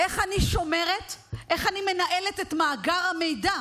איך אני שומרת ואיך אני מנהלת את מאגר המידע?